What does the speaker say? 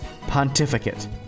pontificate